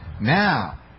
Now